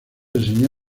enseñó